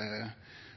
at